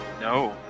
No